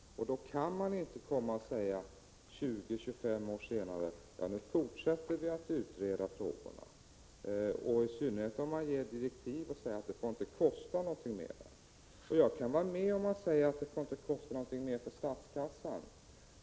Då kan man inte 20-25 år senare komma och säga att nu fortsätter vi att utreda frågorna — detta i synnerhet inte om det ges direktiv som går ut på att det inte får kosta någonting mera. Jag kan hålla med om att det inte får kosta någonting mera för statskassan.